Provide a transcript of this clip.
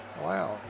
Wow